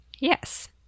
Yes